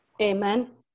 Amen